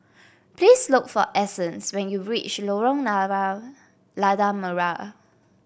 please look for Essence when you reach Lorong Lada Merah